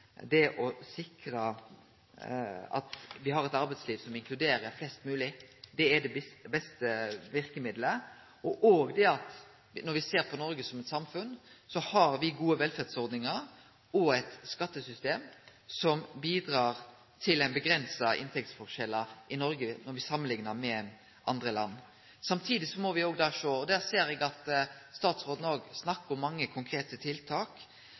det å sikre at me har eit arbeidsliv som inkluderer flest mogleg, er det beste verkemiddelet. Og når me ser på Noreg som eit samfunn, har me gode velferdsordningar og eit skattesystem som bidreg til små inntektsforskjellar i Noreg samanlikna med andre land. Eg ser at statsråden snakkar om mange konkrete tiltak,